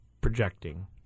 projecting